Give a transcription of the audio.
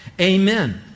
amen